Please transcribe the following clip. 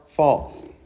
False